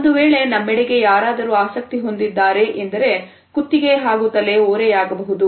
ಒಂದು ವೇಳೆ ನಮ್ಮೆಡೆಗೆ ಯಾರಾದರೂ ಆಸಕ್ತಿ ಹೊಂದಿದ್ದಾರೆ ಎಂದರೆ ಕುತ್ತಿಗೆ ಹಾಗೂ ತಲೆ ಓರೆಯಾಗಬಹುದು